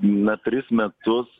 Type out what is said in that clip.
na tris metus